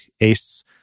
ace